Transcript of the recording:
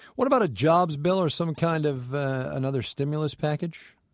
what about a jobs bill or some kind of another stimulus package?